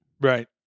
right